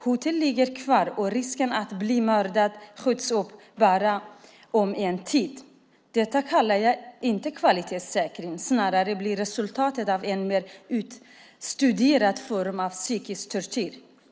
Hoten ligger kvar, och risken att bli mördad skjuts upp bara en tid. Detta kallar jag inte kvalitetssäkring. Snarare blir resultatet en än mer utstuderad form av psykisk tortyr.